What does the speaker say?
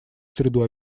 среду